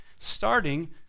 starting